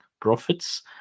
profits